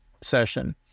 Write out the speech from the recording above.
session